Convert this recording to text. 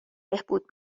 بهبود